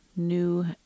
new